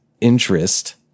interest